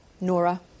Nora